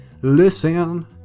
listen